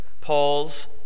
Paul's